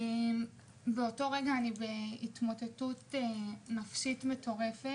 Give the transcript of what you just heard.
באותו רגע אני בהתמוטטות נפשית מטורפת,